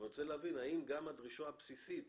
אבל אני רוצה להבין האם גם הדרישה הבסיסית